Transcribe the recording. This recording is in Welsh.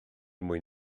mwyn